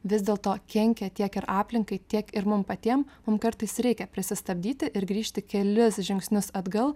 vis dėlto kenkia tiek ir aplinkai tiek ir mum patiem mum kartais reikia pristabdyti ir grįžti kelis žingsnius atgal